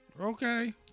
okay